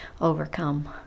overcome